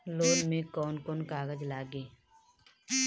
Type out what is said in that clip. Loan में कौन कौन कागज लागी?